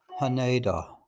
Haneda